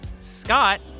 Scott